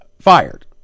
fired